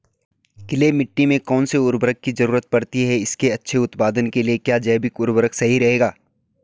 Clay मिट्टी में कौन से उर्वरक की जरूरत पड़ती है इसके अच्छे उत्पादन के लिए क्या जैविक उर्वरक सही रहेगा?